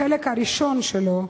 בחלק הראשון שלו,